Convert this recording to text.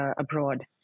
abroad